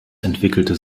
entwickelte